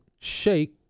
shake